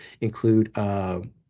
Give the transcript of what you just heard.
include